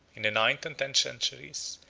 in the ninth and tenth centuries,